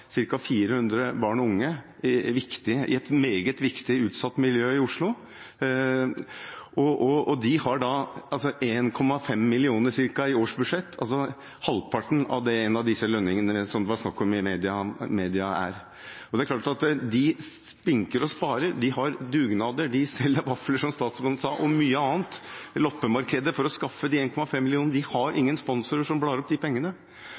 ca. 400 barn og unge i et meget viktig utsatt miljø i Oslo. De har ca. 1,5 mill. kr i årsbudsjett, altså halvparten av disse lønningene som det var snakk om i media. De spinker og sparer, de har dugnader, de selger vafler – som statsråden sa – de har loppemarkeder og mye annet for å skaffe 1,5 mill. kr. De har ingen sponsorer som blar opp de pengene,